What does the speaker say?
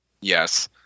yes